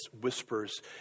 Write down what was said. whispers